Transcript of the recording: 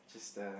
it's just the